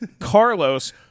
Carlos